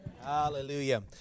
Hallelujah